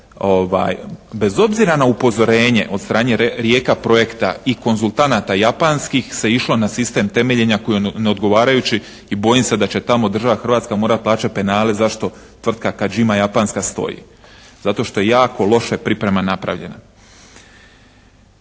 bez obzira na upozorenje od strane Rijeka projekta i konzultanata japanskih se išlo na sistem temeljenja koji je neodgovarajući i bojim se da će tamo država Hrvatska morati plaćati penale zašto tvrka Kajima japanska stoji. Zato što je jako loše priprema napravljena.